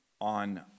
on